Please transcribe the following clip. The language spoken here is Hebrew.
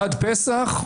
עד פסח,